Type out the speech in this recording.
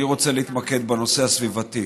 אני רוצה להתמקד בנושא הסביבתי.